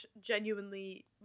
genuinely